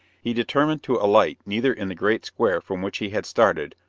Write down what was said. he determined to alight neither in the great square from which he had started,